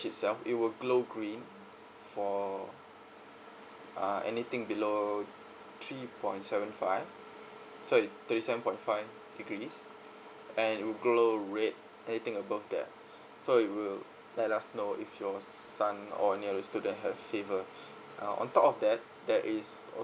itself it will glow green for uh anything below three point seven five sorry thirty seven point five degrees and it will glow red anything above that so it will let us know if your son or nearest to them have fever on top of that there is